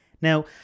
Now